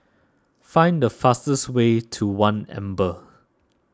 find the fastest way to one Amber